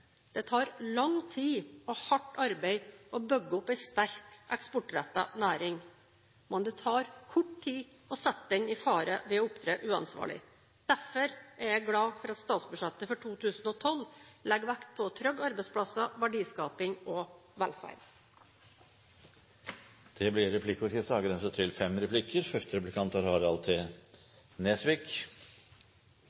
Det tar lang tid og krever hardt arbeid å bygge opp en sterk eksportrettet næring, men det tar kort tid å sette den i fare ved å opptre uansvarlig. Derfor er jeg glad for at statsbudsjettet for 2012 legger vekt på trygge arbeidsplasser, verdiskaping og velferd. Det blir replikkordskifte.